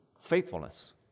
faithfulness